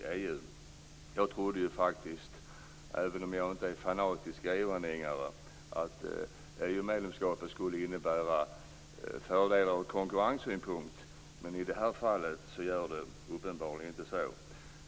Även om jag inte är en fanatisk EU anhängare har jag faktiskt trott att EU-medlemskapet skulle innebära fördelar från konkurrenssynpunkt. I det här fallet är det uppenbarligen inte så.